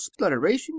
splutteration